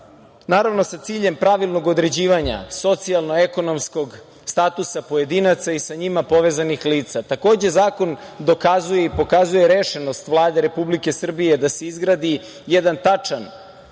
naravno, sa ciljem pravilnog određivanja socijalno-ekonomskog statusa pojedinaca i sa njima povezanih lica. Takođe, zakon dokazuje i pokazuje rešenost Vlade Republike Srbije da se izgradi jedan tačan